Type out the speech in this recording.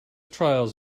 trials